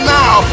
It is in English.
now